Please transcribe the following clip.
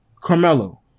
Carmelo